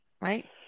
right